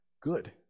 good